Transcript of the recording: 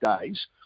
days